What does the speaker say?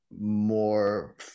more